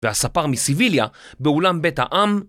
והספר מסיביליה באולם בית העם.